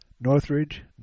Northridge